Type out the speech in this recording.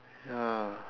ya